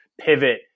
pivot